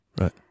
Right